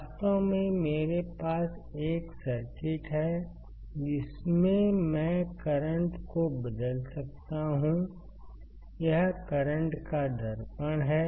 वास्तव में मेरे पास एक सर्किट है जिसमें मैं करंट को बदल सकता हूं यह करंट का दर्पण है